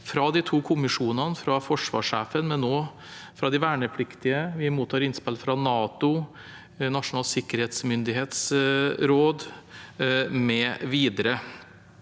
fra de to kommisjonene, fra forsvarssjefen og fra vernepliktige. Vi mottar innspill fra NATO, Nasjonal sikkerhetsmyndighets råd mv.